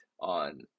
on